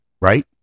right